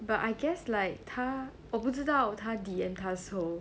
but I guess like 她我不知道她 D_M 他的时候